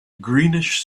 greenish